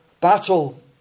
battle